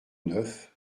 neuf